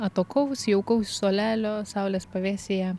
atokaus jaukaus suolelio saulės pavėsyje